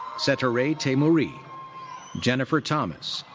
settareh teimoori. jennifer thomas.